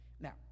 Now